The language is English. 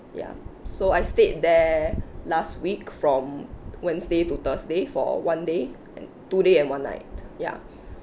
ya so I stayed there last week from wednesday to thursday for one day and two day and one night ya